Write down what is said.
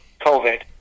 COVID